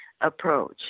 approach